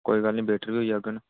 कोई गल्ल नेई वेटर बी होई जाङन